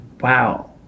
Wow